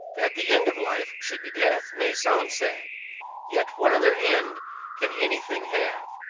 that the end of life should be death may sound sad yet what other end can anything have?